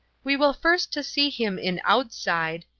we will first to see him in oudside,